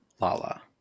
Lala